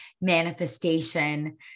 manifestation